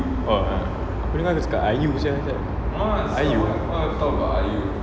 oh a'ah aku dengar kau cakap I_U sia was like I_U